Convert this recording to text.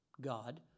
God